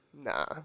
Nah